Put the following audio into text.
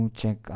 check